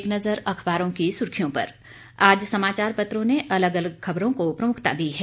एक नज़र अखबारों की सुर्खियों पर आज समाचार पत्रों ने अलग अलग खबरों को प्रमुखता दी है